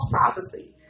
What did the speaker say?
prophecy